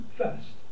first